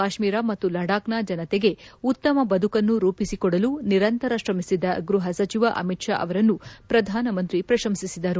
ಕಾಶ್ಮೀರ ಮತ್ತು ಲಡಾಖ್ನ ಜನತೆಗೆ ಉತ್ತಮ ಬದುಕನ್ನು ರೂಪಿಸಿಕೊಡಲು ನಿರಂತರ ಶ್ರಮಿಸಿದ ಗೃಹ ಸಚಿವ ಅಮಿತ್ ಷಾ ಅವರನ್ನು ಪ್ರಧಾನಮಂತ್ರಿ ಪ್ರಶಂಸಿಸಿದರು